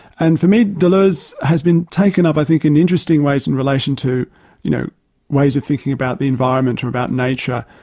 and for me, deleuze has been taken up i think in interesting ways in relation to you know ways of thinking about the environment, or about nature,